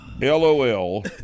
LOL